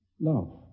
Love